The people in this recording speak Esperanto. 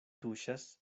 tuŝas